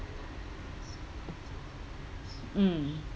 mm